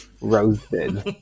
Roasted